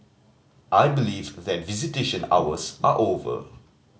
I believe that visitation hours are over